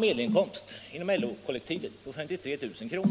medlem av LO-kollektivet som i dag har en inkomst på 53 000 kr.